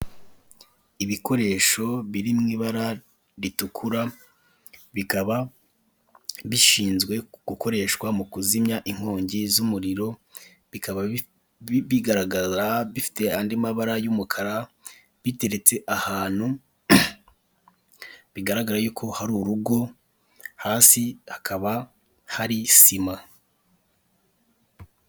Ibikoresho biri mu ibara ritukura bikaba bishinzwe gukoreshwa mu kuzimya inkongi z'umuriro, bikaba bigaragara bifite andi mabara y'umukara biteretse ahantu bigaragar a yuko hari urugo hasi hakaba hari sima.